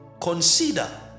consider